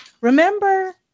remember